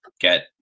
get